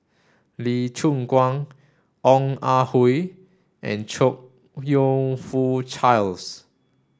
Lee Choon Guan Ong Ah Hoi and Chong You Fook Charles